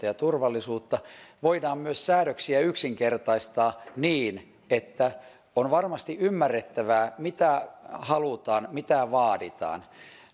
ja turvallisuutta voidaan myös säädöksiä yksinkertaistaa niin että on varmasti ymmärrettävää mitä halutaan mitä vaaditaan